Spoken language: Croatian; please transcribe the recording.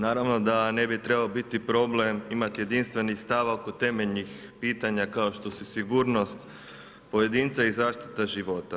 Naravno da ne bi trebalo biti problem imati jedinstveni stav oko temeljnih pitanja, kao što su sigurnost i zaštita života.